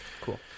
Cool